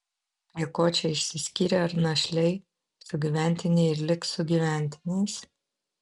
prie ko čia išsiskyrę ar našliai sugyventiniai ir liks sugyventiniais